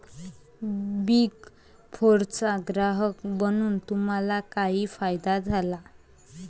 Big फोरचा ग्राहक बनून तुम्हाला काही फायदा झाला?